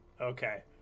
okay